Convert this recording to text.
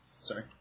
sorry